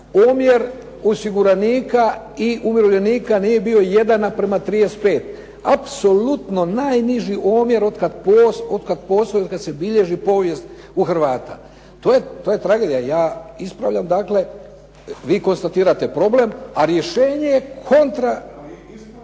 omjer osiguranika i umirovljenika nije bio 1 naprama 35. Apsolutno najniži omjer otkad postoji, otkad se bilježi povijest u Hrvata. To je tragedija. Ja ispravljam dakle. Vi konstatirate problem, a rješenje je kontra.